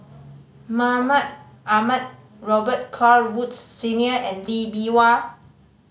Mahmud Ahmad Robet Carr Woods Senior and Lee Bee Wah